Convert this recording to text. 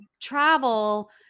travel